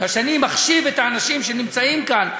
אני מחשיב את האנשים שנמצאים כאן,